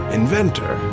inventor